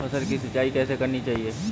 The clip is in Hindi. फसल की सिंचाई कैसे करनी चाहिए?